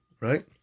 right